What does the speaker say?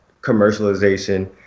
commercialization